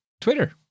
Twitter